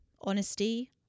honesty